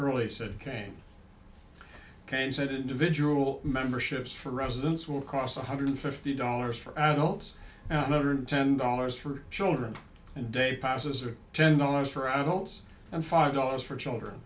early said kane cain said individual memberships for residents will cost one hundred fifty dollars for adults and another ten dollars for children and day passes are ten dollars for adults and five dollars for children